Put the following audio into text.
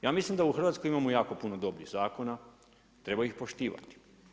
Ja mislim da u Hrvatskoj imamo jako puno dobrih zakona, treba ih poštivati.